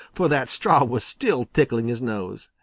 for that straw was still tickling his nose.